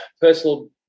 Personal